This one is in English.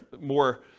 more